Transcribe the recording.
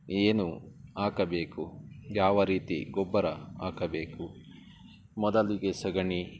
ಏನು ಹಾಕಬೇಕು ಯಾವ ರೀತಿ ಗೊಬ್ಬರ ಹಾಕಬೇಕು ಮೊದಲಿಗೆ ಸಗಣಿ